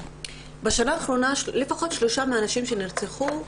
בשנה האחרונה לפחות שלוש מהנשים שנרצחו,